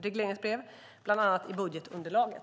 regleringsbrev, bland annat i budgetunderlaget.